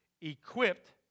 equipped